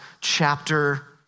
chapter